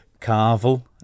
Carvel